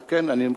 כמובן.